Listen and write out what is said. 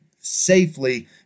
safely